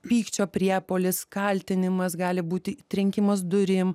pykčio priepuolis kaltinimas gali būti trenkimas durim